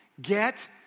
Get